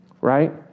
right